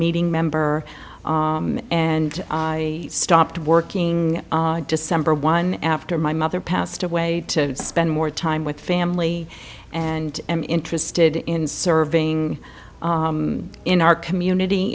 meeting member and i stopped working december one after my mother passed away to spend more time with family and i am interested in serving in our community